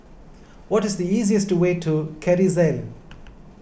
what is the easiest way to Kerrisdale